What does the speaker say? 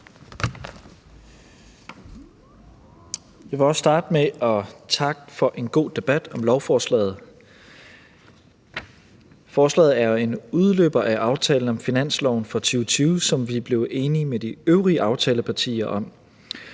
Jeg vil starte med at takke for en god debat om lovforslaget, som er en udløber af aftalen om finansloven for 2020, som vi blev enige med de øvrige aftalepartier om.